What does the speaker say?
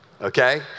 Okay